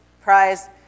Prize